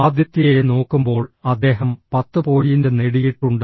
ആദിത്യയെ നോക്കുമ്പോൾ അദ്ദേഹം 10 പോയിന്റ് നേടിയിട്ടുണ്ട്